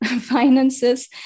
finances